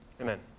Amen